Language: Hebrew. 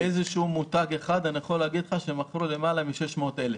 במותג אחד מסוים מכרו יותר מ-600,000,